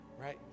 right